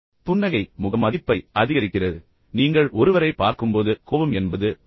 புன்னகை உங்களுக்குத் தெரியும் முக மதிப்பை அதிகரிக்கிறது ஆனால் நீங்கள் ஒருவரைப் பார்க்கும்போது கோபம் என்பது அது தான்